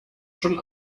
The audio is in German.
schon